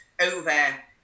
over